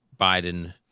Biden